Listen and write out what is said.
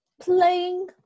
Playing